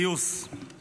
גיוס, גיוס.